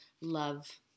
love